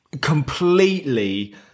completely